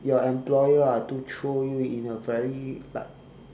your employer are to throw you in a very like